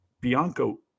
Bianco